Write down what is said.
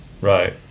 Right